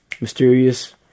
mysterious